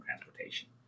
transportation